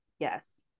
Yes